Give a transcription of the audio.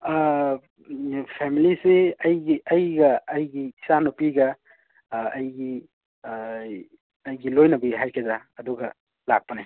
ꯑꯥ ꯐꯦꯃꯂꯤꯁꯤ ꯑꯩꯒꯤ ꯑꯩꯒ ꯑꯩꯒꯤ ꯏꯆꯥꯅꯨꯄꯤꯒ ꯑꯩꯒꯤ ꯑꯩꯒꯤ ꯂꯣꯏꯅꯕꯤ ꯍꯥꯏꯒꯗ꯭ꯔ ꯑꯗꯨꯒ ꯂꯥꯛꯄꯅꯦ